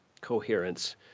coherence